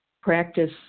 practice